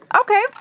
Okay